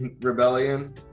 Rebellion